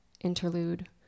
Interlude